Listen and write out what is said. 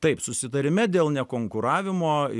taip susitarime dėl nekonkuravimo